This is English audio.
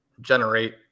generate